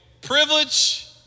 privilege